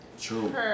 True